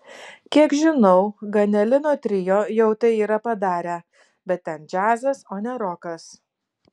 kiek žinau ganelino trio jau tai yra padarę bet ten džiazas o ne rokas